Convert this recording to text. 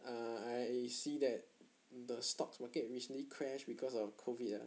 err I see that the stock's market recently crash because of COVID ah